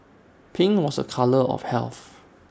pink was A colour of health